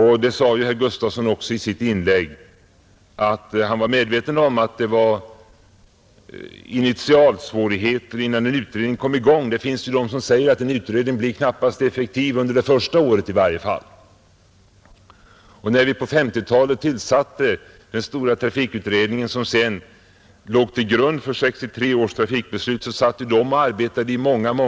Herr Gustafson sade också i sitt inlägg att han var medveten om att det var initialsvårigheter innan en utredning kom i gång. Det finns ju de som anser att en utredning blir knappast effektiv under det första året i varje fall. När vi på 1950-talet tillsatte den stora trafikutredningen vars förslag sedan låg till grund för 1963 års beslut, så satt den och arbetade i många år.